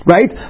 Right